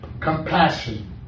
compassion